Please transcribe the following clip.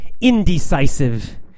Indecisive